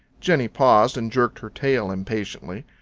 jenny paused and jerked her tail impatiently.